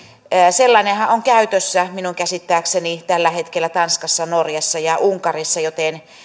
sellainenhan on käytössä minun käsittääkseni tällä hetkellä tanskassa norjassa ja unkarissa joten